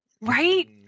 Right